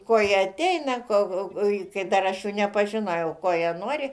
ko jie ateina ko ko kai dar aš nepažinojau ko jie nori